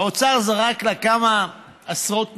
האוצר זרק לה כמה עשרות מיליונים.